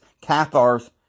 Cathars